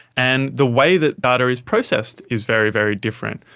and the way that data is processed is very, very different.